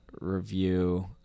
review